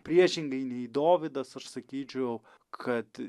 priešingai nei dovydas aš sakyčiau kad